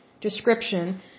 description